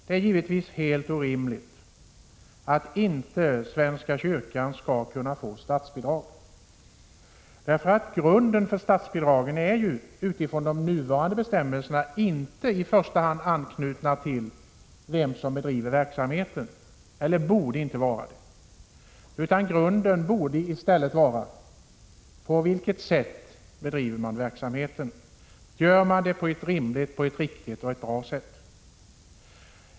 Det är givetvis helt orimligt att svenska kyrkan inte skall kunna få statsbidrag. Grunden för statsbidrag borde i de nuvarande bestämmelserna inte i första hand vara anknuten till vem som bedriver verksamheten. Grunden borde i stället vara på vilket sätt man bedriver verksamheten, om man gör det på ett rimligt, riktigt och bra sätt.